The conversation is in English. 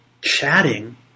chatting